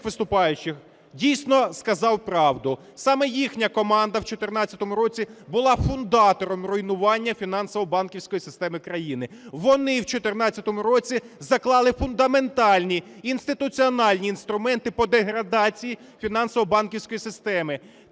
Вони у 2014 році заклали фундаментальні, інституціональні інструменти по деградації фінансово-банківської системи.